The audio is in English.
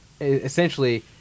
essentially